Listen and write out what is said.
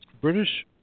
British